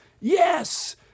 yes